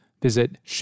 visit